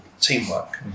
teamwork